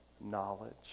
knowledge